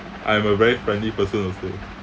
I'm a very friendly person also